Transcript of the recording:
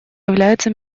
является